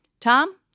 Tom